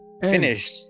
finish